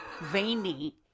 veiny